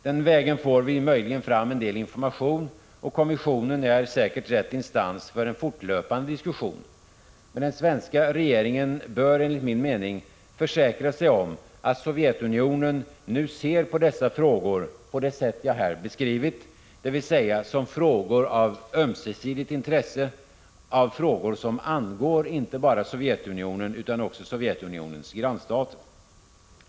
Den vägen får vi möjligen fram en del information, och kommissionen är säkert rätt instans för en fortlöpande diskussion. Men den svenska regeringen bör, enligt min mening, försäkra sig om att Sovjetunionen nu ser på dessa frågor på det sätt jag här beskrivit, dvs. som frågor av ömsesidigt intresse, som angår inte bara Sovjetunionen utan också dess grannstater.